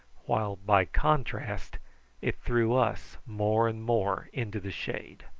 while by contrast it threw us more and more into the shade.